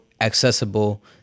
accessible